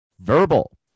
Verbal